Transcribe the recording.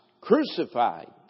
crucified